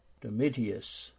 Domitius